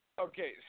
okay